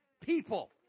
people